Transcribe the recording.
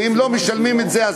ואם הם לא משלמים את זה,